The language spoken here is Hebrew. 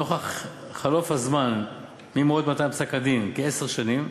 נוכח חלוף הזמן ממועד מתן פסק-הדין, כעשר שנים.